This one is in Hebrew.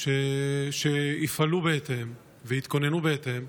שיפעלו בהתאם ויתכוננו בהתאם.